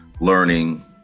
learning